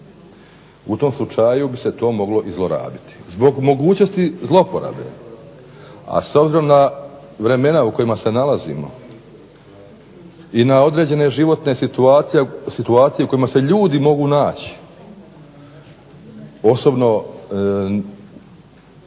u tom slučaju bi se to moglo i zlorabiti. Zbog mogućnosti zlouporabe, a s obzirom na vremena u kojima se nalazimo i na određene životne situacije u kojima se ljudi mogu naći osobno ne